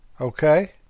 Okay